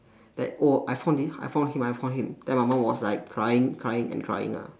that oh I found him I found him I found him then my mum was like crying and crying and crying ah